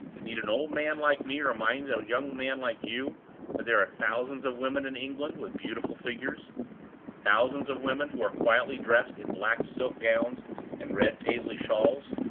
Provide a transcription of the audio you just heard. need an old man like me remind a young man like you that there are thousands of women in england with beautiful figures thousands of women who are quietly dressed in black silk gowns and red paisley shawls?